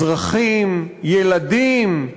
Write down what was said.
אזרחים, ילדים,